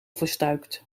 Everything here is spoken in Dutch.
verstuikt